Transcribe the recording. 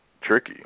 Tricky